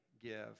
give